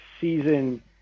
season